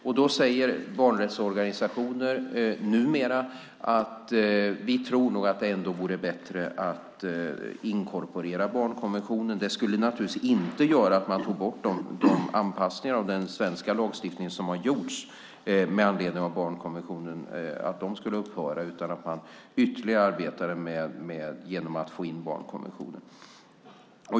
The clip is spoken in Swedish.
Numera säger barnrättsorganisationer att de tror att det vore bättre att inkorporera barnkonventionen. Det skulle naturligtvis inte innebära att man tog bort de anpassningar av den svenska lagstiftningen som har gjorts med anledning av barnkonventionen och att de därmed skulle upphöra, utan man skulle ytterligare arbeta för att få in barnkonventionen.